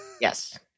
Yes